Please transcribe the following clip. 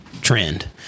trend